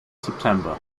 september